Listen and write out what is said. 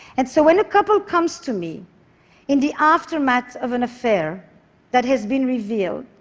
and so when a couple comes to me in the aftermath of an affair that has been revealed,